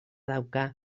dauka